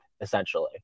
essentially